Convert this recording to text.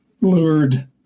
lured